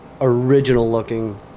original-looking